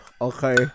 Okay